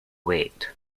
wait